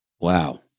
Wow